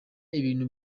ibintu